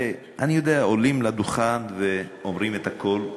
אני יודע, עולים לדוכן ואומרים את הכול,